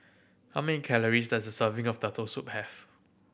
how many calories does a serving of Turtle Soup have